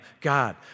God